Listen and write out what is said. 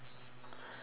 not yet